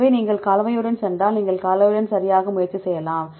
எனவே நீங்கள் கலவையுடன் சென்றால் நீங்கள் கலவையுடன் சரியாக முயற்சி செய்யலாம்